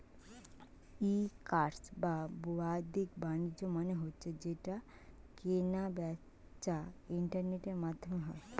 ই commerce বা বাদ্দিক বাণিজ্য মানে হচ্ছে যেই কেনা বেচা ইন্টারনেটের মাধ্যমে হয়